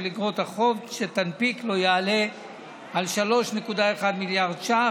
איגרות החוב שתנפיק לא יעלה על 3.1 מיליארד ש"ח.